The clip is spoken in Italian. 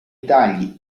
dagli